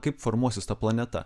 kaip formuosis ta planeta